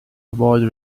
avoid